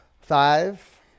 Five